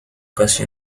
casi